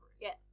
Yes